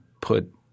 put